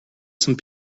some